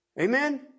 Amen